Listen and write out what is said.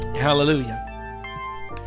Hallelujah